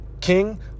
King